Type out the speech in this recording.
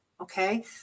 Okay